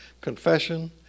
confession